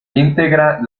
integra